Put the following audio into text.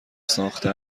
ساخته